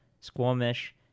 Squamish